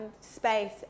space